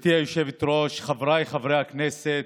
גברתי היושבת-ראש, חבריי חברי הכנסת,